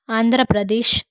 Andhra Pradesh